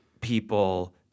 people